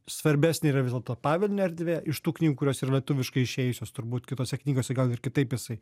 svarbesnė yra vis dėlto pavilnio erdvė iš tų kny kurios yra lietuviškai išėjusios turbūt kitose knygose gal ir kitaip jisai